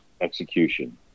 execution